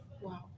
Wow